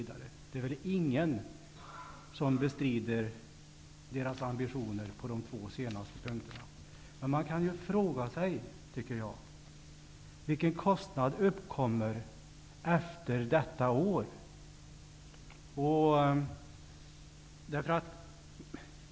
Det är väl ingen som bestrider deras ambitioner på de två senaste punkterna. Men jag tycker att man kan fråga sig vilka kostnader som uppkommer efter detta år.